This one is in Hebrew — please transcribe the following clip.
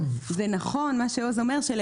מה שעוז אומר זה נכון,